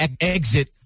exit